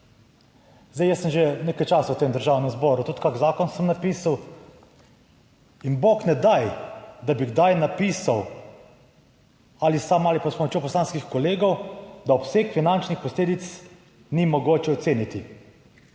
Jaz sem že nekaj časa v tem Državnem zboru, tudi kak zakon sem napisal, in bog ne daj, da bi kdaj napisal, sam ali pa s pomočjo poslanskih kolegov, da obsega finančnih posledic ni mogoče oceniti.